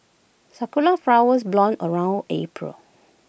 Sakura Flowers bloom around April